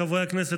חברי הכנסת,